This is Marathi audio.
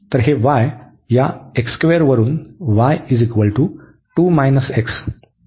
तर हे y या वरून y 2 x इतके आहे